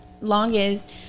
longest